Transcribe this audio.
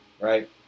right